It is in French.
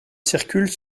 circulent